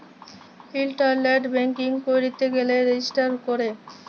ইলটারলেট banking ক্যইরতে গ্যালে register ক্যরে